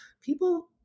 People